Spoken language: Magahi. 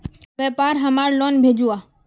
व्यापार हमार लोन भेजुआ?